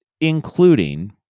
including